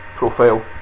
profile